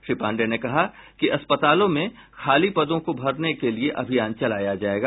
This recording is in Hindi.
श्री पांडेय ने कहा कि अस्पतालों में खाली पदों को भरने के लिए अभियान चलाया जायेगा